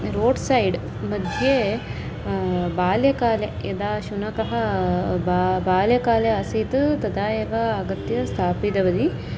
road सैड्मध्ये बाल्यकाले यदा शुनकः ब बाल्यकाले आसीत् तदा एव आगत्य स्थापितवती